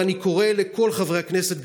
ואני קורא לכל חברי הכנסת,